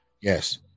yes